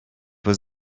was